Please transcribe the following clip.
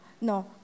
no